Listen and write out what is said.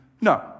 No